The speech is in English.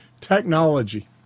Technology